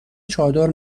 چادر